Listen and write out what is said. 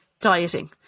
dieting